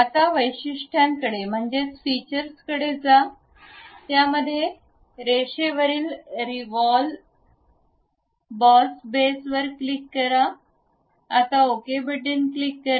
आता वैशिष्ट्यांकडे जा त्या मध्य रेषेवरील रेवॉल्व बॉस बेस क्लिक करा आता ओके क्लिक करा